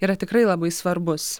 yra tikrai labai svarbus